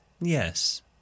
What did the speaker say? Yes